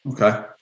Okay